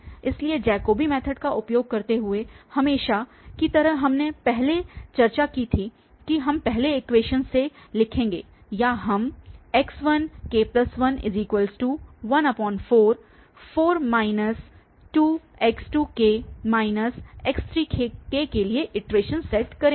इसलिए Jacobi method का उपयोग करते हुए हमेशा की तरह हमने पहले चर्चा की थी कि हम पहले इक्वेशन से लिखेंगे या हम x1k1144 2x2k x3 के लिए इटरेशन सेट करेंगे